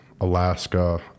Alaska